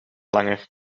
langer